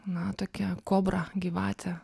na tokią kobrą gyvatę